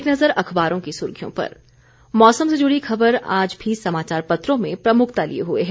एक नज़र अखबारों की सुर्खियों पर मौसम से जुड़ी खबर आज भी समाचार पत्रों में प्रमुखता लिए हुए है